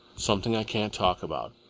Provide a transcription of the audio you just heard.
something i can't talk about.